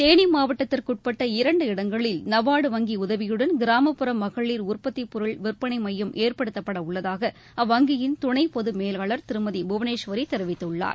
தேனி மாவட்டத்திற்குட்பட்ட இரண்டு இடங்களில் நபார்டு வங்கி உதவியுடன் கிராமப்புற மகளிர் உற்பத்தி பொருள் விற்பளை மையம் ஏற்படுத்தப்படவுள்ளதாக அவ்வங்கியின் துணை பொதமேலாளர் திருமதி புவனேஸ்வரி தெரிவித்துள்ளார்